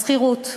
לשכירות.